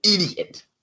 idiot